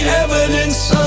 evidence